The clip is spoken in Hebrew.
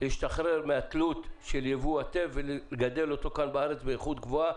להשתחרר מהתלות של יבוא הטף ולגדל אותו פה כאן בארץ באיכות גבוהה,